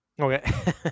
Okay